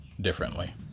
differently